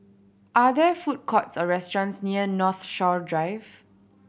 are there food courts or restaurants near Northshore Drive